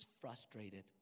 frustrated